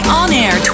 on-air